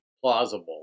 plausible